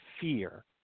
fear